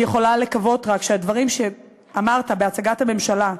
אני יכולה לקוות רק שהדברים שאמרת בהצגת הממשלה,